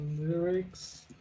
Lyrics